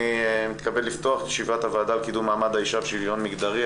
אני מתכבד את ישיבת הוועדה לקידום מעמד האישה ולשוויון מגדרי.